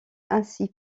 ainsi